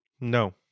no